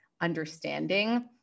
understanding